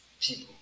people